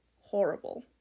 horrible